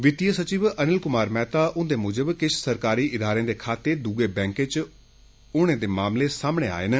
वीतीय सचिव अनिल क्मार मेहता हुन्दे मुजब किछ सरकारी इदारें दे खाते दुर्ये बैंके च होने दे मामले सामने आए न